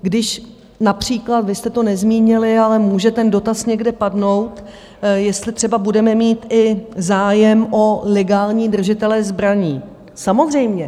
Když například vy jste to nezmínili, ale může ten dotaz někde padnout, jestli třeba budeme mít i zájem o legální držitele zbraní samozřejmě.